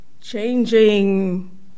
changing